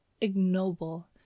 ignoble